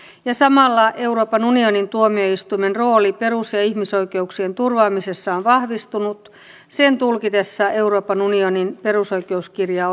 ja samalla euroopan unionin tuomioistuimen rooli perus ja ihmisoikeuksien turvaamisessa on vahvistunut sen tulkitessa euroopan unionin perusoikeuskirjaa